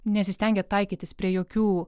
nesistengė taikytis prie jokių